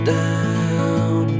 down